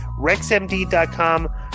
rexmd.com